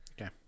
Okay